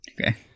Okay